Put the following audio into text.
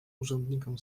urzędnikom